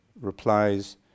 replies